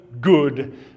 good